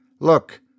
Look